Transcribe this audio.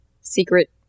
secret